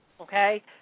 okay